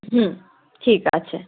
হুম ঠিক আছে